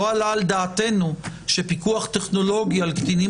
לא עלה על דעתנו שפיקוח טכנולוגי על קטינים